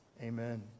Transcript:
Amen